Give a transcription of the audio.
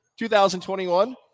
2021